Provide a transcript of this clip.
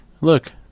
Look